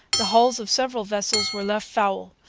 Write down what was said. the hulls of several vessels were left foul,